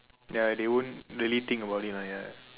ya they won't really think about it lah ya